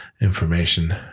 information